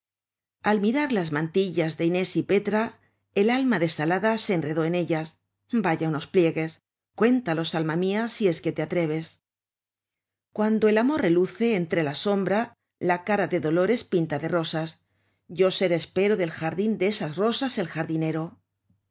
al mirar las mantilla de inés y petra el alma desalada se enredó en ellas vaya unos pliegues cuéntalos alma mia si es que te atreves content from google book search generated at cuando el amor reluce entre la sombra la cara de dolores pinta de rosas yo ser espero del jardín de esas rosas el jardinero